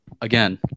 again